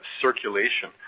circulation